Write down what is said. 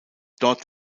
dort